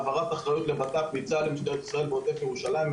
העברת אחריות לבט"פ מצה"ל למשטרת ישראל בעוטף ירושלים,